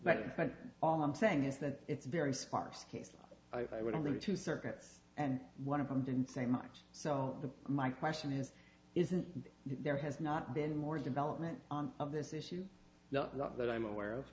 front all i'm saying is that it's very sparse case law i would only two circuits and one of them didn't say much so my question is isn't there has not been more development on this issue not that i'm aware